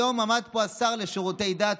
היום עמד פה השר לשירותי דת,